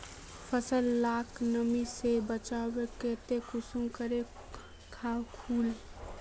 फसल लाक नमी से बचवार केते कुंसम करे राखुम?